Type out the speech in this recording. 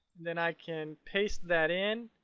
then i can paste that in.